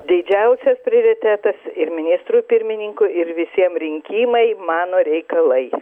didžiausias prioritetas ir ministrui pirmininkui ir visiem rinkimai mano reikalai